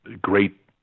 great